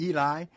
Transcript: Eli